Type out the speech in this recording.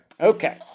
Okay